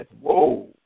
Whoa